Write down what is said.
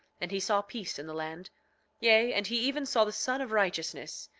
and he saw peace in the land yea, and he even saw the son of righteousness,